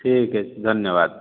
ଠିକ ଅଛି ଧନ୍ୟବାଦ